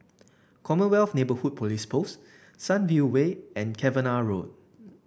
Commonwealth Neighbourhood Police Post Sunview Way and Cavenagh Road